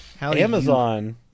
Amazon